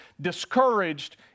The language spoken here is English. discouraged